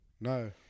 No